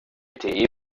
lte